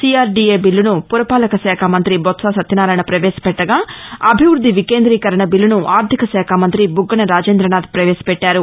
CRDA బీల్లును ఫురపాలక శాఖ మంతి బొత్స సత్యనారాయణ పవేశపెట్టగాఅభివృద్ది వికేంద్రీకరణ బీల్లును ఆర్దిక శాఖ మంతి బుగ్గన రాజేందనాథ్ ప్రవేశపెట్టారు